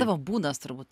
tavo būdas turbūt